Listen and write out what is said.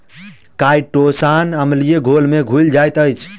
chitosan अम्लीय घोल में घुइल जाइत अछि